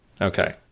Okay